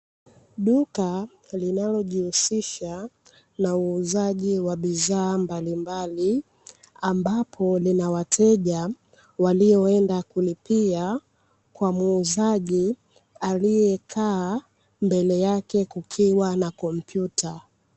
Duka linalojihusisha na uuzaji wa bidhaa mbalimbali. Ambapo linawateja walieonda kulipia kwa muuzaji aliyekaa mbele yake kukiwa na kompyuta.